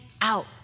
out